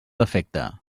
defecte